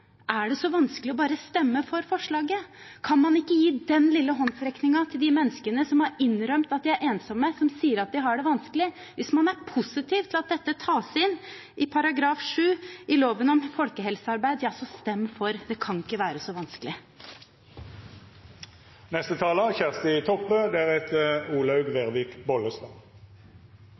er det så vanskelig bare å stemme for forslaget, kan man ikke gi den lille håndsrekningen til de menneskene som har innrømmet at de er ensomme, som sier at de har det vanskelig? Hvis man er positiv til at dette tas inn i § 7 i loven om folkehelsearbeid, ja, så stem for – det kan ikke være så vanskelig.